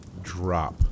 drop